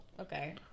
Okay